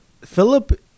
Philip